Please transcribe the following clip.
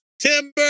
Timber